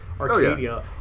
Arcadia